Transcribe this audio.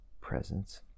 presence